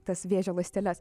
tas vėžio ląsteles